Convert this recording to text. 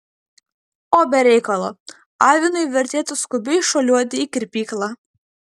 o be reikalo avinui vertėtų skubiai šuoliuoti į kirpyklą